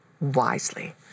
wisely